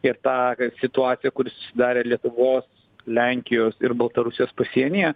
ir tą situaciją kuri susidarė lietuvos lenkijos ir baltarusijos pasienyje